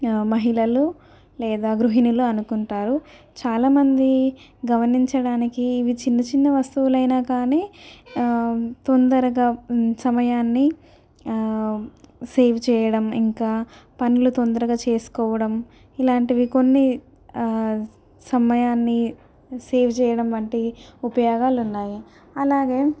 మహిళలు లేదా గృహిణులు అనుకుంటారు చాలా మంది గమనించడానికి ఇవి చిన్న చిన్న వస్తువులైనా కానీ తొందరగా సమయాన్ని సేవ్ చేయడం ఇంకా పనులు తొందరగా చేసుకోవడం ఇలాంటివి కొన్ని సమయాన్ని సేవ్ చేయడం వంటి ఉపయోగాలు ఉన్నాయి అలాగే